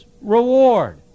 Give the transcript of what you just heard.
reward